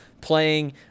playing